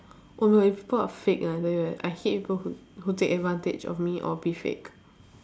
oh no if people are fake ah then I I hate people who who take advantage of me or be fake